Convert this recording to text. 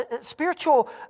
Spiritual